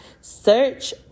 Search